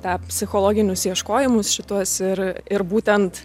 tą psichologinius ieškojimus šituos ir ir būtent